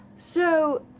so,